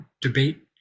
debate